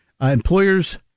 employers